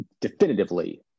definitively